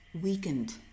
weakened